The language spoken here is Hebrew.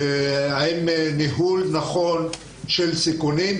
עם ניהול נכון של סיכונים,